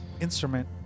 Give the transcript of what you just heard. instrument